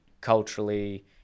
culturally